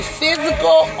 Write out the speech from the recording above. physical